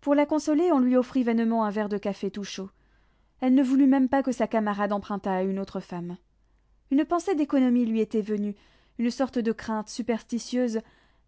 pour la consoler on lui offrit vainement un verre de café tout chaud elle ne voulut même pas que sa camarade empruntât à une autre femme une pensée d'économie lui était venue une sorte de crainte superstitieuse